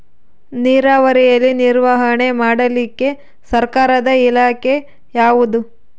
ನೇರಾವರಿಯಲ್ಲಿ ನಿರ್ವಹಣೆ ಮಾಡಲಿಕ್ಕೆ ಸರ್ಕಾರದ ಇಲಾಖೆ ಯಾವುದು?